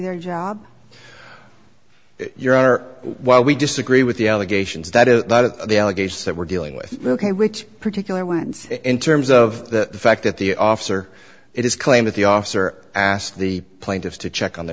their job your honor while we disagree with the allegations that a lot of the allegations that we're dealing with ok which particular ones in terms of the fact that the officer it is claimed that the officer asked the plaintiffs to check on the